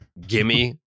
gimme